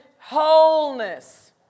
wholeness